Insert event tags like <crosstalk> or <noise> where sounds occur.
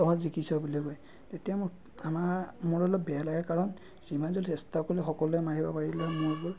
তহঁত জিকিছ বুলি কয় তেতিয়া <unintelligible> আমাৰ মোৰ অলপ বেয়া লাগে কাৰণ যিমান যি হ'লেও চেষ্টা কৰিলে সকলোৱে মাৰিব পাৰিলে হয় মোৰ বলত